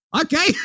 okay